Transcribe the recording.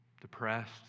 depressed